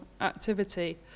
activity